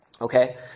Okay